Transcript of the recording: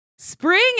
Spring